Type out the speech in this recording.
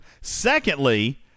Secondly